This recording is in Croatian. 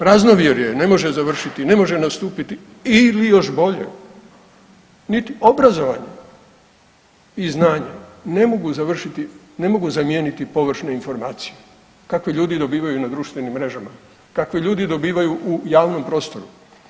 Praznovjerje ne može završiti i ne može nastupiti, ili još bolje, niti obrazovanje i znanje ne mogu završiti, ne mogu zamijeniti površne informacije kakve ljudi dobivaju na društvenim mrežama, kakve ljudi dobivaju u javnom prostoru.